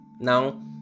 now